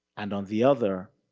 and on the other,